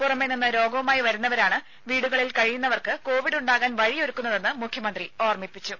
പുറമെ നിന്ന് രോഗവുമായി വരുന്നവരാണ് വീടുകളിൽ കഴിയുന്നവർക്ക് കോവിഡ് ഉണ്ടാകാൻ വഴിയൊരുക്കുന്നതെന്ന് മുഖ്യമന്ത്രി ഓർമ്മിപ്പിച്ചു